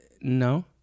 No